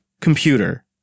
computer